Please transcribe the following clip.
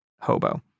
hobo